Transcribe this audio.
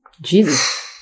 jesus